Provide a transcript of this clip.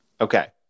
Okay